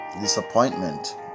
disappointment